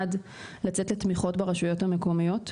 אחד, לצאת לתמיכות ברשויות המקומיות.